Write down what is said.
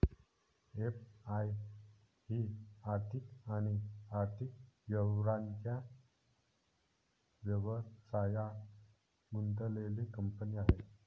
FI ही आर्थिक आणि आर्थिक व्यवहारांच्या व्यवसायात गुंतलेली कंपनी आहे